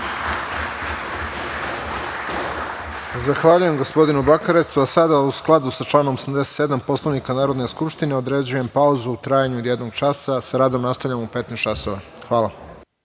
Zahvaljujem, gospodinu Bakarecu.U skladu sa članom 87. Poslovnika Narodne skupštine, određujem pauzu u trajanju od jednog časa, a sa radom nastavljamo u 15.00 časova.